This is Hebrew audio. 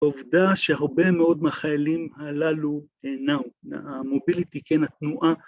עובדה שהרבה מאוד מחיילים הללו הם נעו, המוביליטי כן התנועה